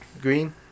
green